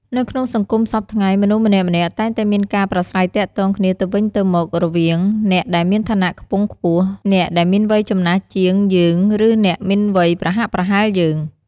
នៅក្នុងសង្គមសព្វថ្ងៃមនុស្សម្នាក់ៗតែងតែមានការប្រាស្រ័យទាក់ទងគ្នាទៅវិញទៅមករវាងអ្នកដែលមានឋានៈខ្ពង់ខ្ពស់ អ្នកដែលមានវ័យចំណាស់ជាងយើងឬអ្នកមានវ័យប្រហាក់ប្រហែលយើង។